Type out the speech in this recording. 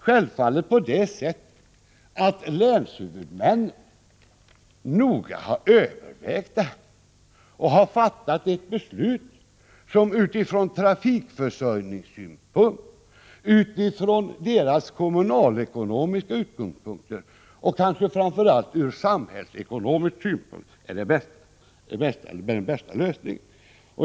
Självfallet har länshuvudmännen noga övervägt detta och har fattat ett beslut som utifrån trafikförsörjningssynpunkt, utifrån deras kommunalekonomiska utgångspunkter och framför allt ur samhällsekonomisk synpunkt är den bästa lösningen.